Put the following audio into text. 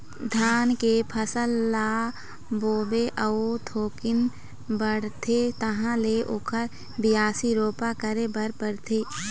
धान के फसल ल बोबे अउ थोकिन बाढ़थे तहाँ ले ओखर बियासी, रोपा करे बर परथे